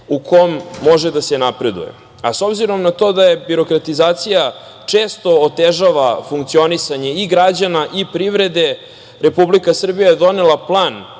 u kom može da se napreduje.S obzirom na to da birokratizacija često otežava funkcionisanje i građana i privrede Republika Srbija je donela plan